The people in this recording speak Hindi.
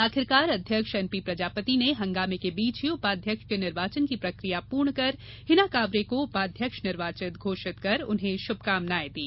आखिरकार अध्यक्ष एन पी प्रजापति ने हंगामे के बीच ही उपाध्यक्ष के निर्वाचन की प्रक्रिया पूर्ण कर हिना कांवरे को उपाध्यक्ष निर्वाचित घोषित कर उन्हें शुभकामनाएं दी